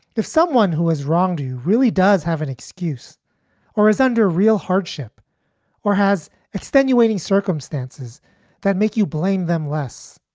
if someone who is wrong, do you really does have an excuse or is under real hardship or has extenuating circumstances that make you blame them less?